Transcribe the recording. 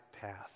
path